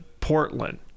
Portland